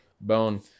bone